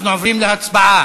אנחנו עוברים להצבעה.